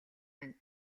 байна